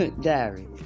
Diary